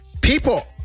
people